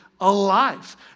alive